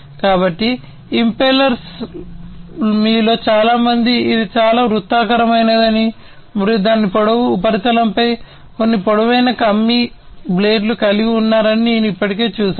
కాబట్టి ఇంపెల్లర్స్ మీలో చాలా మంది ఇది చాలా వృత్తాకారమైనదని మరియు దాని పొడవైన ఉపరితలంపై కొన్ని పొడవైన కమ్మీ బ్లేడ్లు కలిగి ఉన్నారని నేను ఇప్పటికే చూశాను